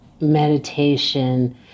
meditation